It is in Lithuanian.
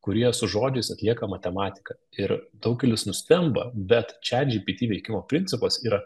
kurie su žodžiais atlieka matematiką ir daugelis nustemba bet chatgpt veikimo principas yra